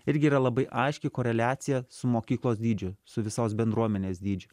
irgi yra labai aiški koreliacija su mokyklos dydžiu su visos bendruomenės dydžiu